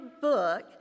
book